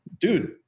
Dude